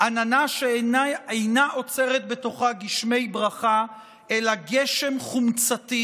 עננה שאינה אוצרת בתוכה גשמי ברכה אלא גשם חומצתי,